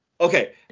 Okay